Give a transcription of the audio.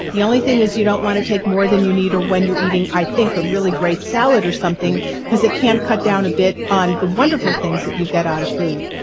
the only thing is you don't want to take more than you need or when you're eating. i think a really great salad or something because it can cut down a bit on the wonderful things that you get out of food.